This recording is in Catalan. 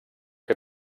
que